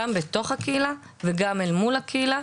גם בתוך הקהילה, וגם אל מול הקהילה.